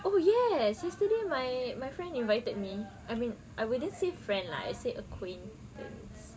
oh yes yesterday my my friend invited me I mean I wouldn't say friend lah I said acquaintance